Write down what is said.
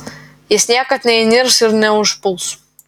jis niekad neįnirš ir neužpuls